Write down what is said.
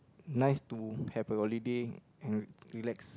nice to have a holiday and relax